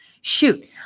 Shoot